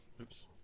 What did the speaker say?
Oops